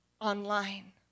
online